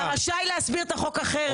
אתה רשאי להסביר את החוק אחרת.